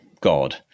God